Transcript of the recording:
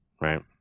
right